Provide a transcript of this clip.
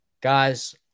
Guys